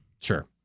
Sure